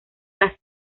las